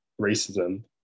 racism